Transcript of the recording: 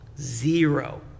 Zero